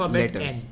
letters